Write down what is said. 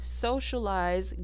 socialize